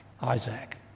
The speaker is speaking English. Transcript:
Isaac